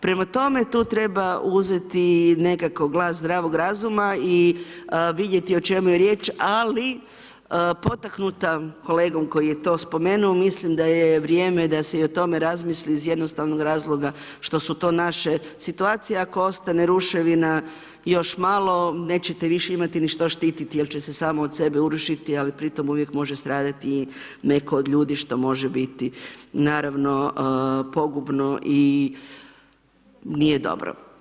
Prema tome tu treba uzeti nekako glas zdravog razuma i vidjeti o čemu je riječ, ali potaknuta kolegom koji je to spomenuo, mislim da je vrijeme da se i o tome razmisli iz jednostavnog razloga što su to naše situacije, ako ostane ruševina još malo, nećete više imati ni što štititi jer će se samo od sebe urušiti, ali pritom uvijek može stradati netko od ljudi što može biti naravno pogubno i nije dobro.